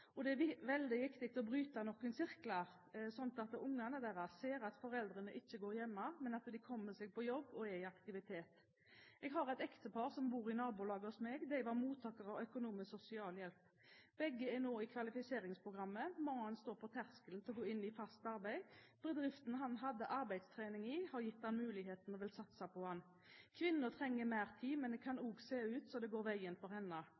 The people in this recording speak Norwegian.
er foreldre. Det er veldig viktig å bryte noen sirkler, slik at ungene deres ser at foreldrene ikke går hjemme, men kommer seg på jobb og er i aktivitet. Et ektepar som bor i mitt nabolag, var mottakere av økonomisk sosialhjelp. Begge deltar nå i Kvalifiseringsprogrammet. Mannen står på terskelen til å gå inn i fast arbeid. Bedriften han hadde arbeidstrening i, har gitt ham muligheten og vil satse på ham. Kvinnen trenger mer tid, men det kan se ut som om det går veien også for henne.